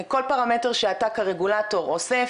כל פרמטר שאתה כרגולטור אוסף,